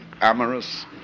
amorous